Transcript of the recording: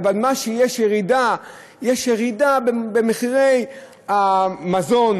אבל יש ירידה במחירי המזון